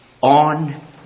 on